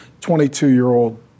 22-year-old